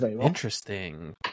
Interesting